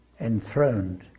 enthroned